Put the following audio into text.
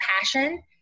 passion